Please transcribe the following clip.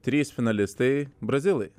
trys finalistai brazilai